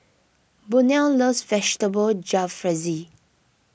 Burnell loves Vegetable Jalfrezi